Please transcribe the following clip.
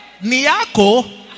Niako